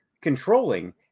controlling